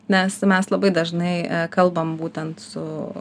nes mes labai dažnai kalbam būtent su